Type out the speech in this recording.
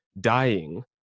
dying